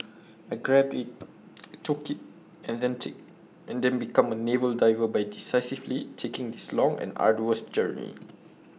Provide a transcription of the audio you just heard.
I grabbed IT I took IT and then IT then became A naval diver by decisively taking this long and arduous journey